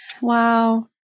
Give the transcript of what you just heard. Wow